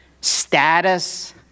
status